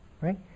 right